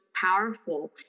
powerful